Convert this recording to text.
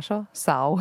šo sau